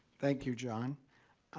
thank you, john.